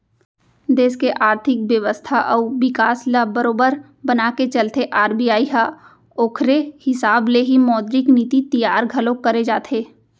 देस के आरथिक बेवस्था अउ बिकास ल बरोबर बनाके चलथे आर.बी.आई ह ओखरे हिसाब ले ही मौद्रिक नीति तियार घलोक करे जाथे